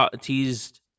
teased